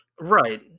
right